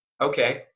Okay